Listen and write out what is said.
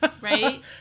right